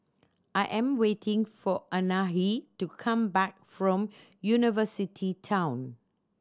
I am waiting for Anahi to come back from University Town